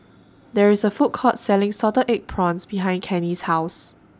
There IS A Food Court Selling Salted Egg Prawns behind Cannie's House